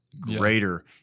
greater